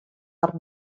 har